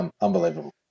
Unbelievable